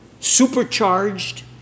supercharged